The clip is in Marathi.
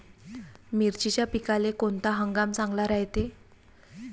मिर्चीच्या पिकाले कोनता हंगाम चांगला रायते?